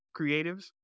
creatives